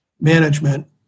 management